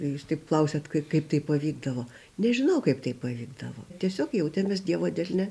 jūs tik klausiat kaip tai pavykdavo nežinau kaip tai pavykdavo tiesiog jautėmės dievo delne